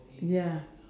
ya